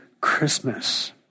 Christmas